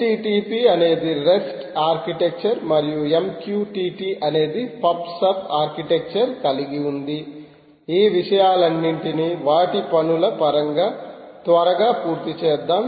HTTP అనేది REST architecture మరియు MQTT అనేది పబ్ సబ్ ఆర్కిటెక్చర్ కలిగిఉంధి ఈ విషయాలన్నింటిని వాటి పనుల పరంగా త్వరగా పూర్తి చేద్దాం